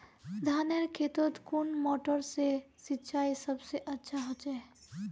धानेर खेतोत कुन मोटर से सिंचाई सबसे अच्छा होचए?